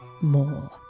more